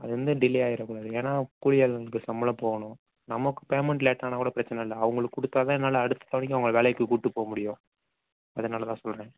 அது வந்து டிலே ஆயிட கூடாது ஏன்னால் கூலி ஆளுங்களுக்கு சம்பளம் போகணும் நமக்கு பேமெண்ட் லேட் ஆனால்கூட பிரச்சனை இல்லை அவங்களுக்கு கொடுத்தாதான் என்னால் அடுத்த தேவைக்கு அவங்களை வேலைக்கு கூட்டி போக முடியும் அதனாலதான் சொல்கிறேன்